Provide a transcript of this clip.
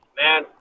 Man